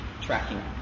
tracking